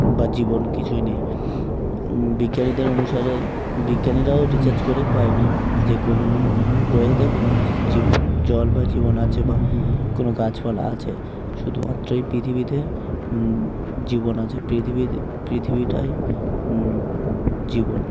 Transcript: বা জীবন কিছুই নেই বিজ্ঞানীদের অনুসারে বিজ্ঞানীরাও রিসার্চ করে পায়নি যে কোনো গ্রহেতে কোনো জীবন জল বা জীবন আছে বা কোনো গাছপালা আছে শুধুমাত্রই পৃথিবীতে জীবন আছে পৃথিবীতে পৃথিবীটাই জীবন